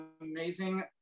amazing